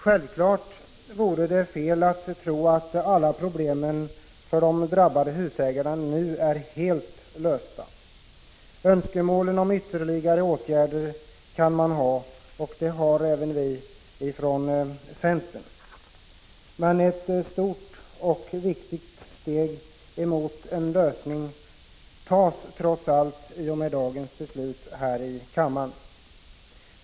Självfallet vore det fel att tro att alla problem för de drabbade husägarna nu är helt lösta. Man kan ha olika önskemål om ytterligare åtgärder, och det har även vi från centern. Men ett stort och viktigt steg mot en lösning tas trots allt i och med dagens beslut här i kammaren.